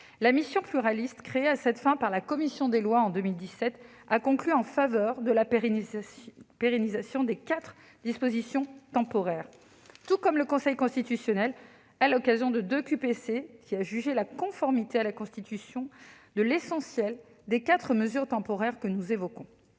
La mission pluraliste créée à cette fin par la commission des lois, en 2017, a conclu en faveur de la pérennisation des quatre dispositions temporaires, tout comme le Conseil constitutionnel, qui, à l'occasion de deux QPC, a jugé conforme à la Constitution l'essentiel des quatre mesures temporaires que nous évoquons.